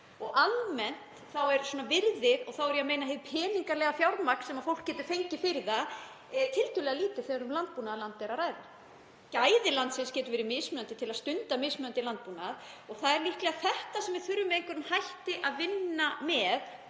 Almennt er virðið, og þá er ég að meina hið peningalega fjármagn sem fólk getur fengið fyrir það, tiltölulega lítið þegar um landbúnaðarland er að ræða. Gæði landsins geta verið mismunandi til að stunda mismunandi landbúnað. Það er líklega þetta sem við þurfum með einhverjum hætti að vinna með